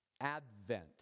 advent